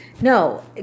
No